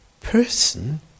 person